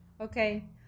okay